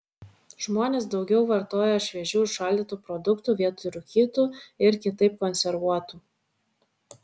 žmonės daugiau vartoja šviežių ir šaldytų produktų vietoj rūkytų ir kitaip konservuotų